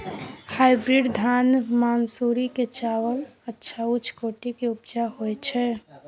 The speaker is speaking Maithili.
हाइब्रिड धान मानसुरी के चावल अच्छा उच्च कोटि के उपजा होय छै?